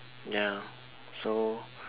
ya so